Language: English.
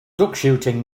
duckshooting